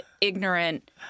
ignorant